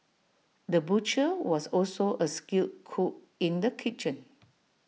the butcher was also A skilled cook in the kitchen